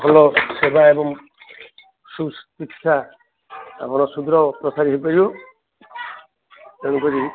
ଭଲ ସେବା ଏବଂ ସୁ ଶିକ୍ଷା ଆମର ସୁଯୋଗ ପ୍ରସାର ହେଇପାରିବ ତେଣୁକରି